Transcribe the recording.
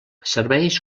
serveix